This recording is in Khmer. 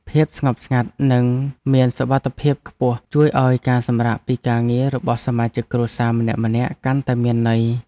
ភាពស្ងប់ស្ងាត់និងមានសុវត្ថិភាពខ្ពស់ជួយឱ្យការសម្រាកពីការងាររបស់សមាជិកគ្រួសារម្នាក់ៗកាន់តែមានន័យ។